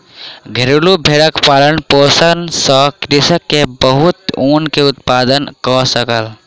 घरेलु भेड़क पालन पोषण सॅ कृषक के बहुत ऊन के उत्पादन कय सकल